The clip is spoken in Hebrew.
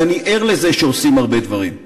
ואני ער לזה שעושים הרבה דברים.